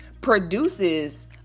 produces